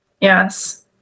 Yes